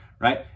right